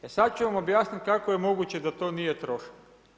E sada ću vam objasniti kako je moguće da to nije trošak.